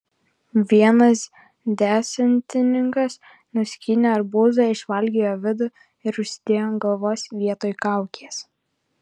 vienas desantininkas nuskynė arbūzą išvalgė jo vidų ir užsidėjo ant galvos vietoj kaukės